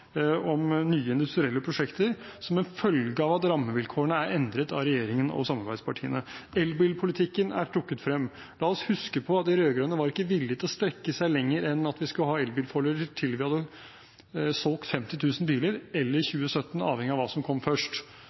om nye industrielle prosjekter som en følge av at rammevilkårene er endret av regjeringen og samarbeidspartiene. Elbilpolitikken er trukket frem. La oss huske på at de rød-grønne var ikke villige til å strekke seg lenger enn at vi skulle ha elbilfordeler til det var solgt 50 000 biler eller 2017, avhengig av hva som kom først.